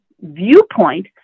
viewpoint